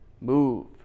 move